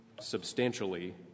substantially